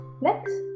next